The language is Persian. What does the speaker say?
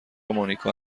مونیکا